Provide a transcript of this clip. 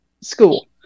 school